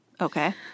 Okay